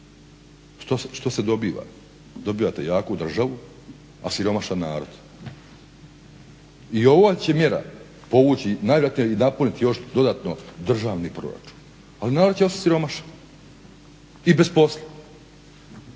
što se dobiva, dobivate jaku državu, a siromašan narod. I ova će mjera povući i najvjerojatnije i napuniti još dodatno državni proračun, ali narod će ostat siromašan i bez posla.